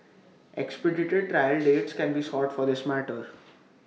expedited trial dates can be sought for this matter